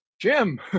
Jim